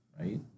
right